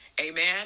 amen